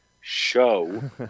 show